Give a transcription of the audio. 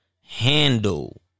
handle